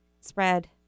spread